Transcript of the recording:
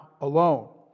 alone